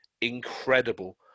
incredible